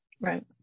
Right